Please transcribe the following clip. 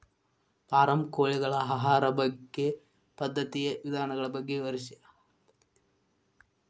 form ಕೋಳಿಗಳ ಆಹಾರ ಪದ್ಧತಿಯ ವಿಧಾನಗಳ ಬಗ್ಗೆ ವಿವರಿಸಿ